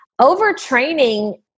overtraining